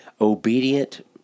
obedient